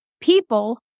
people